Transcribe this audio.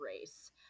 race